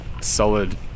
solid